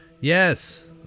yes